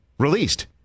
released